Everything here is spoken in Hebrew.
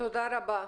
תודה רבה.